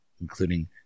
including